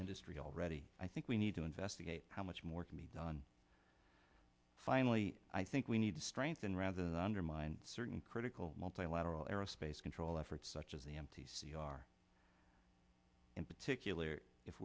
industry already i think we need to investigate how much more can be done finally i think we need to strengthen rather than undermine certain critical multilateral aerospace control efforts such as the m p c are in particular if